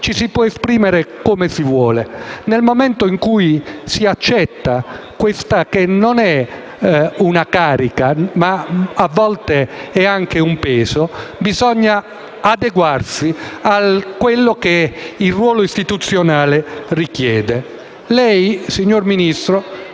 ci si può esprimere come si vuole. Nel momento in cui si accetta quella che è sì una carica, ma a volte è anche un peso, bisogna adeguarsi a quello che il ruolo istituzionale richiede. Lei, signor Ministro,